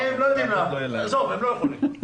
עזוב, הם לא יכולים.